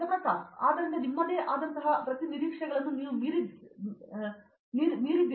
ಪ್ರತಾಪ್ ಹರಿದಾಸ್ ಆದ್ದರಿಂದ ನಿಮ್ಮದೇ ಆದಂತಹ ಪ್ರತಿ ಶರೀರ ನಿರೀಕ್ಷೆಗಳನ್ನು ನೀವು ಮೀರಿದ್ದೀರಿ